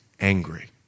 angry